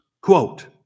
Quote